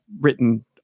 written